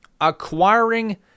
acquiring